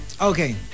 Okay